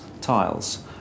tiles